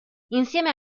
insieme